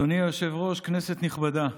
אדוני היושב-ראש, כנסת נכבדה,